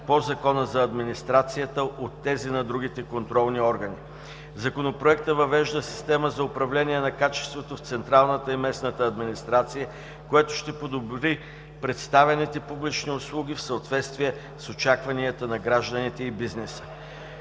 по Закона за администрацията от тези на другите контролни органи. Законопроектът въвежда система за управление на качеството в централната и местната администрация, което ще подобри предоставяните публични услуги в съответствие с очакванията на гражданите и бизнеса.